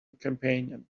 companion